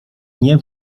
nie